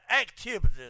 activities